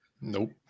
Nope